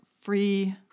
free